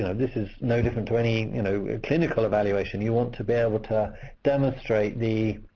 this is no different to any you know clinical evaluation you want to be able to demonstrate the